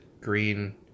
green